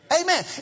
Amen